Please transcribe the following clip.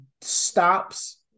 stops